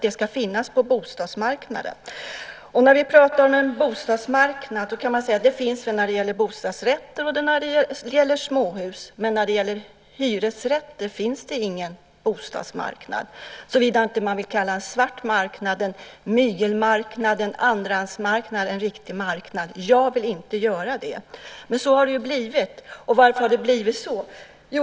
Det ska finnas på bostadsmarknaden. Det finns en bostadsmarknad när det gäller bostadsrätter och när det gäller småhus. Men när det gäller hyresrätter finns det ingen bostadsmarknad, såvida man inte vill kalla den svarta marknaden, mygelmarknaden och andrahandsmarknaden en riktig marknad. Jag vill inte göra det. Så har det blivit. Varför har det blivit så?